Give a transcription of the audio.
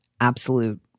absolute